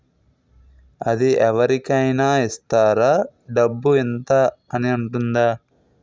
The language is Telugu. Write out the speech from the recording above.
అది అవరి కేనా ఇస్తారా? డబ్బు ఇంత అని ఉంటుందా?